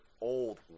old